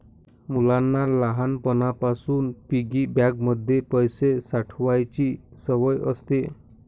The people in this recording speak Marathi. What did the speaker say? मुलांना लहानपणापासून पिगी बँक मध्ये पैसे साठवायची सवय असते